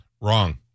wrong